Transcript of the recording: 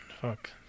Fuck